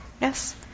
Yes